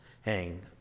hang